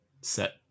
set